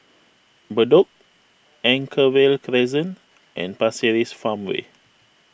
Bedok Anchorvale Crescent and Pasir Ris Farmway